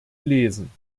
lesen